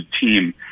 team